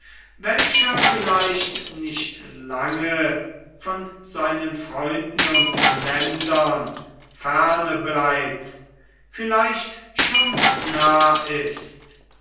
welcher vielleicht nicht lange von seinen freunden und ländern ferne bleibt vielleicht schon nah ist